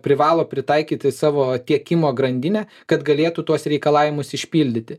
privalo pritaikyti savo tiekimo grandinę kad galėtų tuos reikalavimus išpildyti